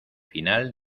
final